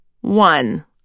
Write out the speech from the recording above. One